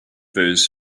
those